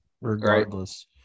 regardless